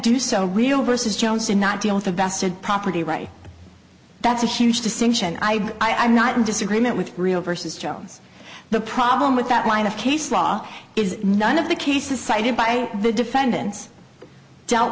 do so real versus jones and not deal with the vested property rights that's a huge distinction i i'm not in disagreement with real versus jones the problem with that line of case law is none of the cases cited by the defendants dealt